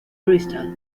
cristal